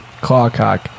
Clawcock